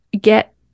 get